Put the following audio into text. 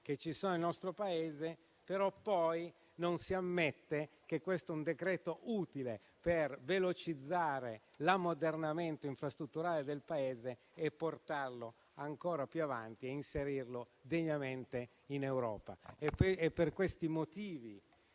che ci sono nel nostro Paese, ma poi non si ammette che questo è un provvedimento utile per velocizzare il suo ammodernamento infrastrutturale, portarlo ancora più avanti e inserirlo degnamente in Europa. Per questi motivi